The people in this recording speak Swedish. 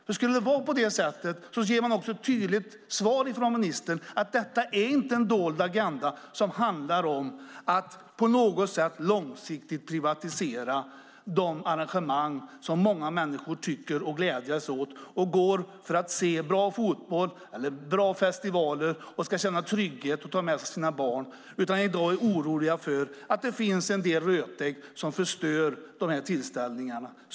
Då blir det ett tydligt svar från ministern att det inte är fråga om en dold agenda att långsiktigt privatisera de arrangemang som många människor gläder sig åt. De vill se bra fotboll eller delta i bra festivaler. De vill känna sig trygga och kunna ta med sig barnen. I dag är de oroliga för rötägg som förstör tillställningarna.